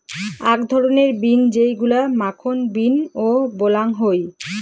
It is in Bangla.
আক ধরণের বিন যেইগুলা মাখন বিন ও বলাং হই